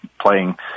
playing